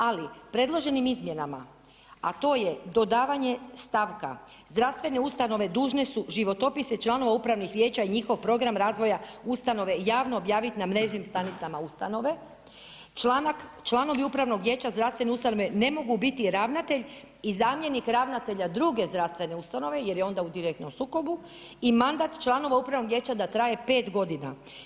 Ali predloženim izmjenama, a to je dodavanje stavka: zdravstvene ustanove dužne su životopise članova upravnih vijeća i njihov program razvoja ustanove javno objavit na mrežnim stranicama ustanove, članovi upravnog vijeća zdravstvene ustanove ne mogu biti ravnatelj i zamjenik ravnatelja druge zdravstvene ustanove jer je onda u direktnom sukobu i mandat članova upravnog vijeća da traje 5 godina.